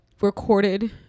recorded